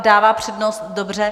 Dává přednost, dobře.